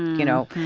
you know,